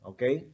Okay